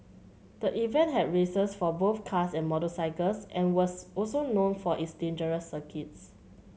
the event had races for both cars and motorcycles and was also known for its dangerous circuits